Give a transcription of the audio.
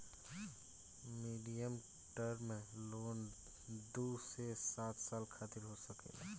medium term loan दू से सात साल खातिर हो सकेला